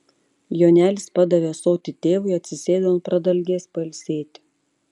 jonelis padavė ąsotį tėvui atsisėdo ant pradalgės pailsėti